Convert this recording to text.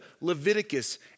Leviticus